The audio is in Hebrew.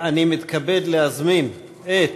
אני מתכבד להזמין את